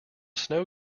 snow